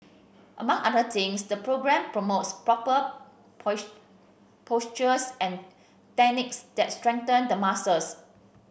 among other things the programme promotes proper postures and techniques that strengthen the muscles